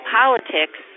politics